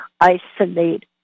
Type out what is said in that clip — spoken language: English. isolate